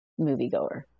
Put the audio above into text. moviegoer